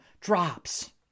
Drops